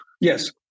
Yes